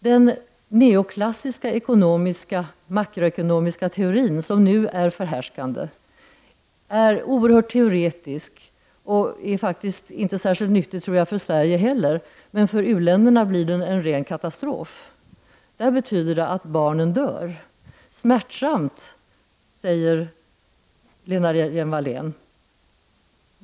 Den neoklassiska makroekonomiska teorin, som nu är förhärskande, är oerhört teoretisk och är inte särskilt nyttig för Sverige heller, tror jag. För uländerna blir den en ren katastrof. Där betyder den att barnen dör. Smärtsamt, säger Lena Hjelm-Wallén.